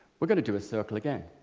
we're gonna do a circle again.